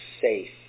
safe